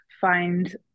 find